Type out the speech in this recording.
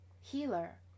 Healer